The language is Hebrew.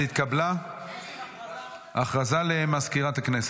נעבור להצבעה על העברת הצעת חוק רשות